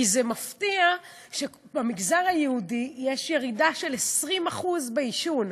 כי זה מפתיע שבמגזר היהודי יש ירידה של 20% בעישון.